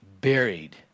buried